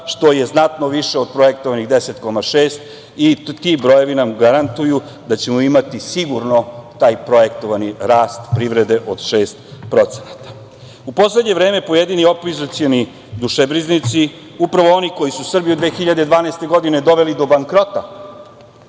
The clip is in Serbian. što je znatno više od projektovanih 10,6 i ti brojevi nam garantuju da ćemo imati sigurno taj projektovani rast privrede od 6%,U poslednje vreme pojedini opozicioni dušebrižnici, upravo oni koji su Srbiju 2012. godine doveli do bankrota,